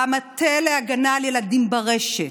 במטה להגנה על ילדים ברשת,